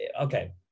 okay